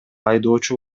айдоочу